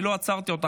אני לא עצרתי אותך,